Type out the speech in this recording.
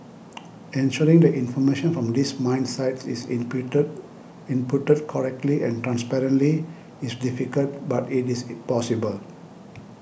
ensuring that information from these mine sites is in prater inputted correctly and transparently is difficult but it is possible